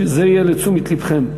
לתשומת לבכם.